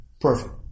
Perfect